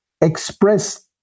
express